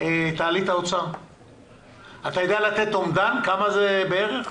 אתה יודע לתת אומדן כמה זה בערך?